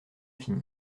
fini